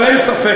אבל אין ספק,